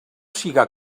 siga